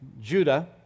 Judah